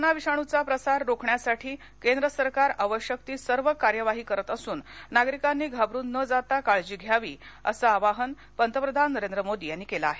corona विषाणूंचा प्रसार रोखण्यासाठी केंद्र सरकार आवश्यक ती सर्व कार्यवाही करत असून नागरिकांनी घाबरून न जाता काळजी घ्यावी असं आवाहन पंतप्रधान नरेंद्र मोदी यांनी केलं आहे